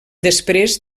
després